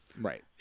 Right